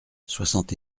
soixante